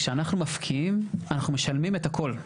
כשאנחנו מפקיעים אנחנו משלמים את הכול.